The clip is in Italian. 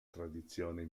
tradizione